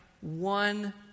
one